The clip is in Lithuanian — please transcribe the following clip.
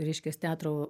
reiškias teatro